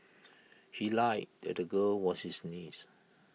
he lied that the girl was his niece